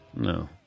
No